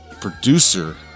producer